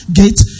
gate